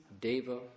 deva